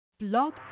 Blog